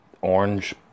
orange